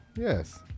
Yes